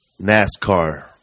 NASCAR